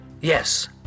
Yes